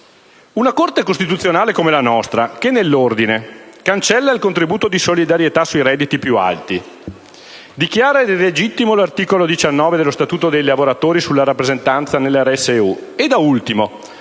una Corte costituzionale come la nostra che, nell'ordine, cancella il contributo di solidarietà sui redditi più alti; dichiara illegittimo l'articolo 19 dello Statuto dei lavoratori sulla rappresentanza nelle RSU; e, da ultimo,